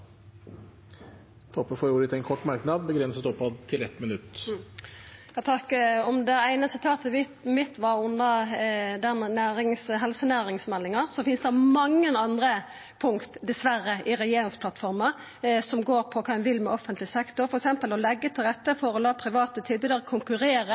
får ordet til en kort merknad, begrenset til 1 minutt. Om det eine sitatet mitt var knytt til helsenæringsmeldinga, finst det dessverre mange andre punkt i regjeringsplattforma som går på kva ein vil med offentleg sektor, f.eks. å «legge til rette